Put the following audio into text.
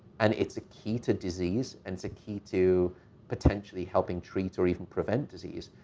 and it's a key to disease, and it's a key to potentially helping treat or even prevent disease.